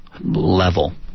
level